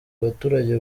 abaturage